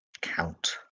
Count